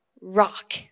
rock